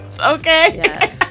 Okay